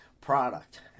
product